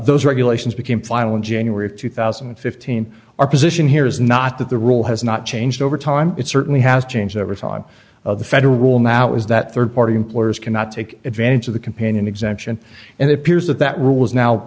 those regulations became final in january of two thousand and fifteen our position here is not that the rule has not changed over time it certainly has changed over time of the federal rule now is that rd party employers cannot take advantage of the companion exemption and it appears that that rule is now